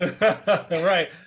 Right